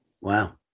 Wow